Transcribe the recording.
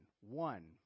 One